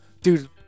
Dude